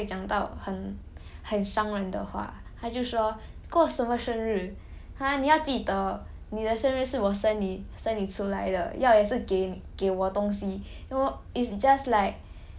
然后我记得生日的时候我妈妈就会讲到很很伤人的话她就说过什么生日 !huh! 你要记得你的生日是我生你出来的要也是给